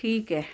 ਠੀਕ ਹੈ